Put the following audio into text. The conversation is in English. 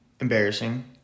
Embarrassing